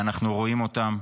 ואנחנו רואים אותם,